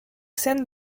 scènes